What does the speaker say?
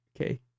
Okay